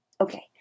Okay